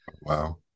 Wow